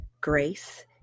grace